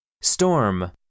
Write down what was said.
Storm